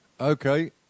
Okay